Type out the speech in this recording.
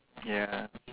ya